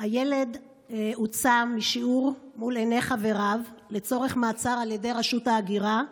ילד הוצא משיעור מול עיני חבריו לצורך מעצר על ידי רשות ההגירה,